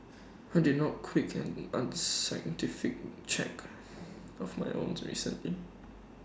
I did not quick and unscientific check of my own recently